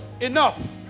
enough